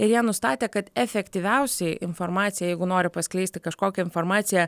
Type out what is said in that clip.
ir jie nustatė kad efektyviausiai informacija jeigu nori paskleisti kažkokią informaciją